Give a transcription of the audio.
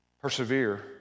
persevere